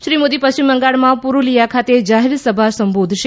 શ્રી મોદી પશ્ચિમ બંગાળમાં પુરુલિયા ખાતે જાહેર સભા સંબોધશે